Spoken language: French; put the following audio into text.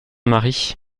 mari